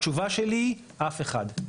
התשובה שלי, אף אחד.